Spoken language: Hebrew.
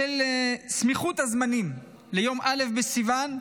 בשל סמיכות הזמנים ליום א' בסיוון,